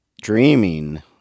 Dreaming